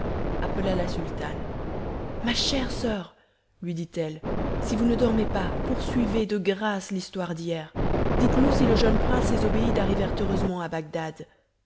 appela la sultane ma chère soeur lui dit-elle si vous ne dormez pas poursuivez de grâce l'histoire d'hier dites-nous si le jeune prince et zobéide arrivèrent heureusement à bagdad